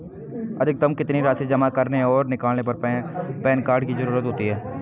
अधिकतम कितनी राशि जमा करने और निकालने पर पैन कार्ड की ज़रूरत होती है?